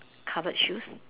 covered shoes